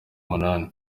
umunani